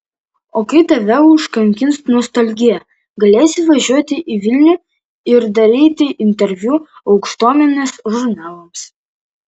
o kai tave užkankins nostalgija galėsi važiuoti į vilnių ir dalyti interviu aukštuomenės žurnalams